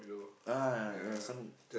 ah ya some